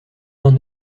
vingt